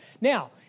Now